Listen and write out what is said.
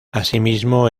asimismo